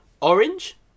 orange